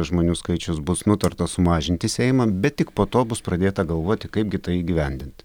žmonių skaičius bus nutarta sumažinti seimą bet tik po to bus pradėta galvoti kaipgi tai įgyvendint